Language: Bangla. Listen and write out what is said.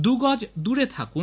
দুগজ দুরে থাকুন